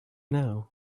now